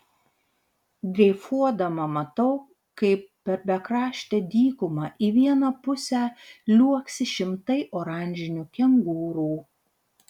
dreifuodama matau kaip per bekraštę dykumą į vieną pusę liuoksi šimtai oranžinių kengūrų